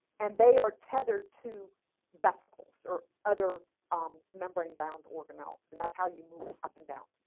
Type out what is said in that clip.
and they are tethered to vesicles or other um membrane bound organelles. and that's how you move up and down.